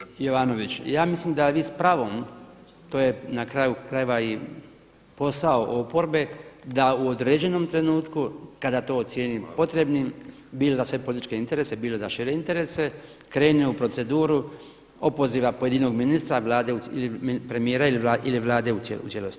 Pa kolega Jovanović, ja mislim da vi s pravom, to je na kraju krajeva i posao oporbe, da u određenom trenutku kada to ocijenimo potrebnim, bilo za sve političke interese, bilo za naše interese krene u proceduru opoziva pojedinog ministra, Vlade, premijera ili Vlade u cijelosti.